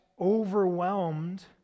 overwhelmed